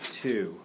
two